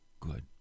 good